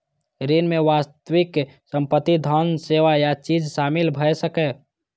ऋण मे वास्तविक संपत्ति, धन, सेवा या चीज शामिल भए सकैए